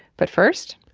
but first.